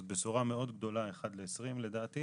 זו בשורה מאוד גדולה 1 ל-20 לדעתי.